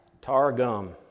Targum